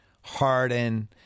Harden